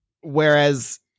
Whereas